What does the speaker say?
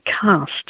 cast